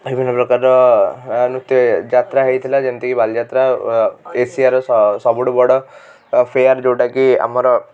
ବିଭିନ୍ନ ପ୍ରକାରର ନୃତ୍ୟ ଯାତ୍ରା ହେଇଥିଲା ଯେମିତି କି ବାଲିଯାତ୍ରା ଏସିଆର ସ ସବୁଠୁ ବଡ଼ ଫେୟାର୍ ଯେଉଁଟା କି ଆମର